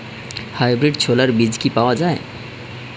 Hybrid ছোলার বীজ কি পাওয়া য়ায়?